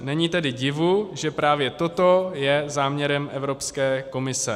Není tedy divu, že právě toto je záměrem Evropské komise.